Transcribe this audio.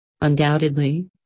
Undoubtedly